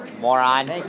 Moron